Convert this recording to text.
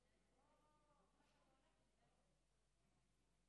חבר הכנסת אביר קארה,